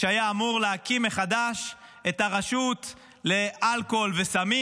שהיה אמור להקים מחדש את הרשות לאלכוהול וסמים,